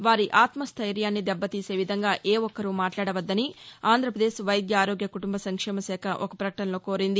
వారి అత్యసైర్యాన్ని దెబ్బతీసే విధంగా ఏ ఒక్కరూ మాట్లాడవద్దని ఆంధ్రపదేశ్ వైద్య ఆరోగ్య కుటుంబ సంక్షేమ శాఖ ఒక పకటనలో కోరింది